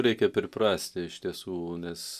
reikia priprasti iš tiesų nes